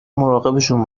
مراقبشون